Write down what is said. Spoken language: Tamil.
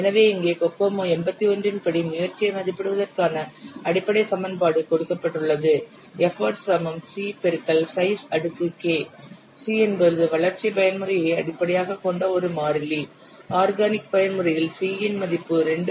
எனவே இங்கே கோகோமோ 81 இன் படி முயற்சியை மதிப்பிடுவதற்கான அடிப்படை சமன்பாடு கொடுக்கப்பட்டுள்ளது c என்பது வளர்ச்சி பயன்முறையை அடிப்படையாகக் கொண்ட ஒரு மாறிலி ஆர்கானிக் பயன்முறையில் c இன் மதிப்பு 2